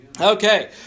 Okay